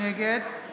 נגד